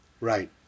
Right